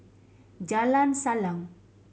Jalan Salang